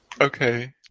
Okay